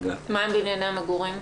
מה עם בנייני המגורים?